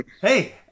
Hey